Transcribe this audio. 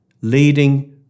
leading